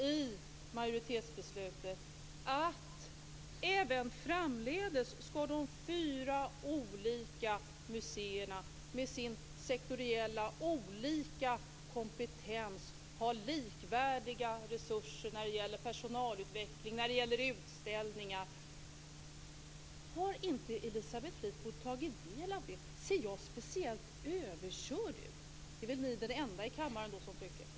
I majoritetstexten står det att även framdeles skall de fyra olika museerna med dess sektoriella olika kompetens ha likvärdiga resurser när det gäller personalutveckling och när det gäller utställningar. Har inte Elisabeth Fleetwood tagit del av detta? Ser jag speciellt överkörd ut? Det är väl i så fall ni den enda i kammaren som tycker.